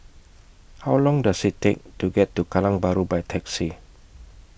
How Long Does IT Take to get to Kallang Bahru By Taxi